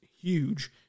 huge